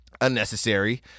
unnecessary